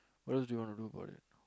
what else do you wanna do about it